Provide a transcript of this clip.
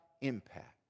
impact